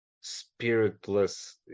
spiritless